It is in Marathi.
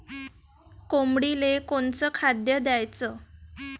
कोंबडीले कोनच खाद्य द्याच?